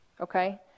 Okay